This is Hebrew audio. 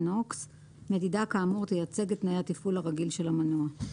(NOX); מדידה כאמור תייצג את תנאי התפעול הרגיל של המנוע.